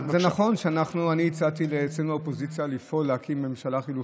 אני הצעתי אצלנו באופוזיציה לפעול להקים ממשלה חלופית,